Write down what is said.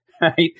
Right